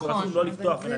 הוא זכאי.